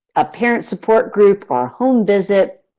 a parent support group or a home visit.